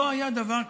לא היה דבר כזה.